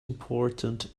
important